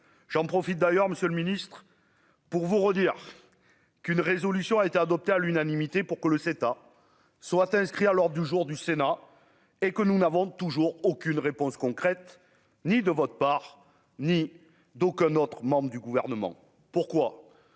j'en profite d'ailleurs Monsieur le Ministre pour vous redire qu'une résolution a été adoptée à l'unanimité pour que le CETA soit inscrit à l'Ordre du jour du Sénat et que nous n'avons toujours aucune réponse concrète ni de votre part, ni d'aucun autre membre du gouvernement, pourquoi